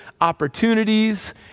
opportunities